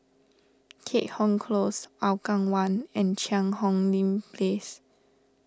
Keat Hong Close Hougang one and Cheang Hong Lim Place